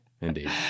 Indeed